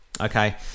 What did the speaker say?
Okay